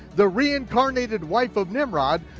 the reincarnated wife of nimrod,